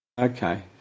Okay